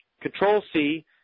Control-C